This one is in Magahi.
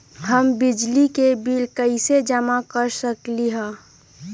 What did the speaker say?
हम बिजली के बिल कईसे जमा कर सकली ह?